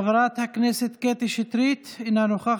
חברת הכנסת קטי שטרית, אינה נוכחת,